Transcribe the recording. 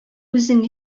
үзең